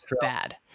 bad